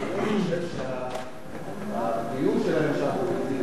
אני חושב שהקיום שלהם שם הוא בלתי חוקי,